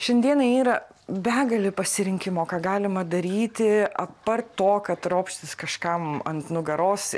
šiandienai yra begalė pasirinkimo ką galima daryti apart to kad ropštis kažkam ant nugaros